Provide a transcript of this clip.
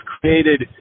created